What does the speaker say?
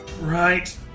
Right